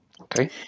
Okay